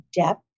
depth